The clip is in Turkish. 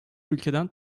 ülkeden